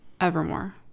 evermore